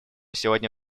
сегодня